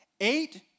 eight